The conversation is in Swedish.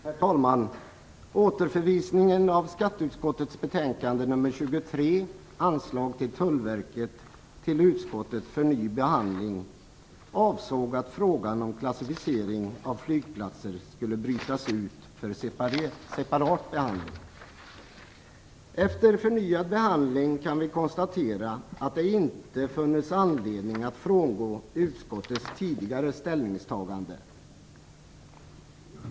Herr talman! Avsikten med återförvisningen av skatteutskottets betänkande nr 23, Anslag till Tullverket, till utskottet för ny behandling var att frågan om klassificering av flygplatser skulle brytas ut för separat behandling. Efter förnyad behandling kan vi konstatera att det inte har funnits anledning att frångå utskottets tidigare ställningstagande.